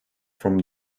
from